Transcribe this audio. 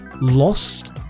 Lost